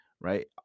Right